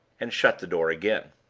and shut the door again.